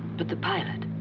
but the pilot.